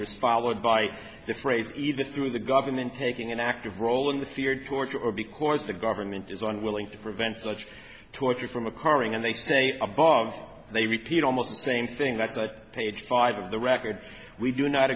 was followed by the phrase either through the government taking an active role in the feared force or be course the government is one willing to prevent such torture from occurring and they say above they repeat almost the same thing that's a page five of the record we do not